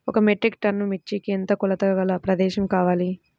ఒక metric tonne మిర్చికి ఎంత కొలతగల ప్రదేశము కావాలీ?